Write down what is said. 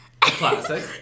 classic